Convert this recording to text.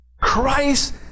Christ